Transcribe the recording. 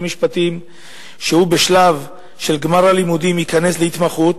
משפטים היא שבשלב של גמר הלימודים הוא ייכנס להתמחות